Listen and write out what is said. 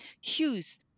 shoes